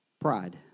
pride